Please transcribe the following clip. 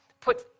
put